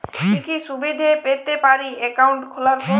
কি কি সুবিধে পেতে পারি একাউন্ট খোলার পর?